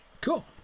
Cool